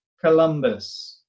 Columbus